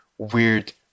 weird